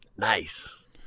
Nice